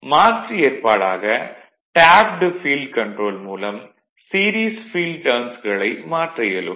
vlcsnap 2018 11 05 09h57m44s114 மாற்று ஏற்பாடாக tapped field control மூலம் சீரிஸ் ஃபீல்டு டர்ன்ஸ்களை மாற்ற இயலும்